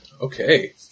Okay